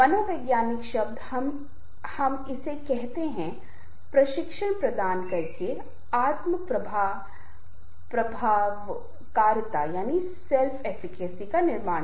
मनोवैज्ञानिक शब्द हम इसे कहते हैं प्रशिक्षण प्रदान करके आत्म प्रभावकारिता का निर्माण किया